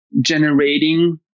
generating